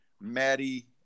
maddie